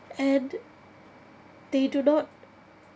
and they do not